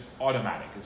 automatic